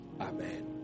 Amen